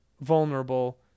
vulnerable